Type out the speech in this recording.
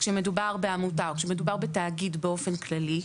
כאשר מדובר בעמותה או מדובר בתאגיד באופן כללי,